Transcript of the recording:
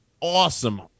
awesome